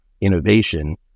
innovation